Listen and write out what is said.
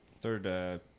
Third